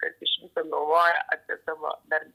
kas iš viso galvoja apie savo dar